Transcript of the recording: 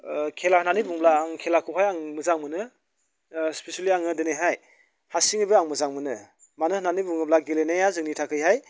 खेला होननानै बुङोब्ला आं खेलाखौहाय आं मोजां मोनो स्पिसेलि आङो दिनैहाय हारसिङैबो आं मोजां मोनो मानो होननानै बुङोब्ला गेलेनाया जोंनि थाखैहाय